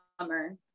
summer